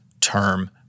term